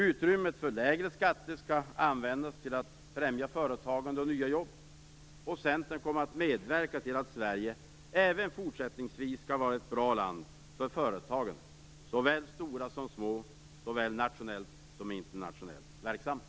Utrymmet för lägre skatter skall användas till att främja företagande och nya jobb. Centern kommer att medverka till att Sverige även fortsättningsvis skall vara ett bra land för företagen, såväl stora som små, såväl nationellt som internationellt verksamma.